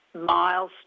milestone